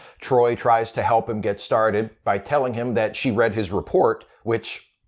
troi tries to help him get started by telling him that she read his report which,